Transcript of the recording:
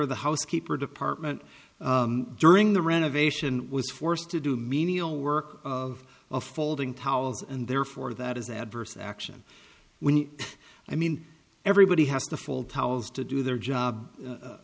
of the housekeeper department during the renovation was forced to do menial work of a folding towels and therefore that is adverse action when i mean everybody has to fold towels to do their job